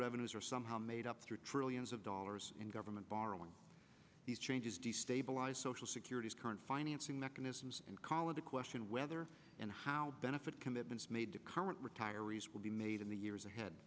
revenues are somehow made up through trillions of dollars in government borrowing these changes to stabilize social security's current financing mechanisms and kaala the question whether and how benefit commitments made to current retirees will be made in the years ahead